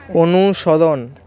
অনুসরণ